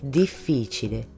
difficile